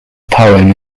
poem